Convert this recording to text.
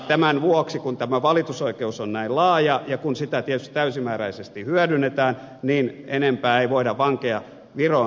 tämän vuoksi kun tämä valitusoikeus on näin laaja ja kun sitä tietysti täysimääräisesti hyödynnetään enempää ei voida vankeja viroon siirtää